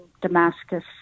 Damascus